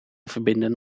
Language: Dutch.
verbinden